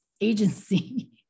agency